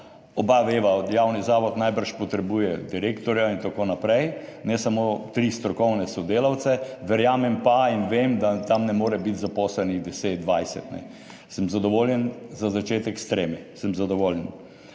Oba veva, javni zavod najbrž potrebuje direktorja in tako naprej, ne samo tri strokovne sodelavce, verjamem pa in vem, da tam ne more biti zaposlenih 10, 20 ljudi. Za začetek sem zadovoljen